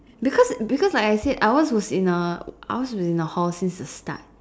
because because like I said ours was in a ours was in a hall since the start